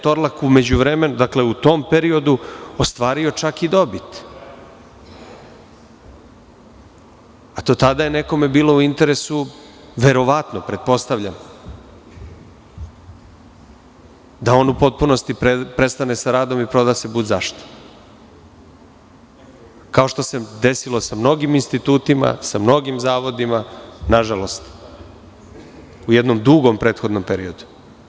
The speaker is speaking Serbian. Torlak“ je u tom periodu ostvario čak i dobit, a do tada je nekome bilo u interesu, pretpostavljam, verovatno, da on u potpunosti prestane sa radom i proda se bud zašto, kao što se desilo sa mnogim institutima sa mnogim zavodima u jednom dugom prethodnom periodu.